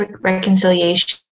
reconciliation